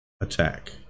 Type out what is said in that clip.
attack